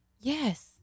Yes